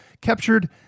captured